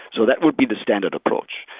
so that would be the standard approach,